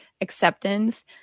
acceptance